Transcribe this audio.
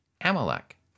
Amalek